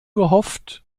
gehofft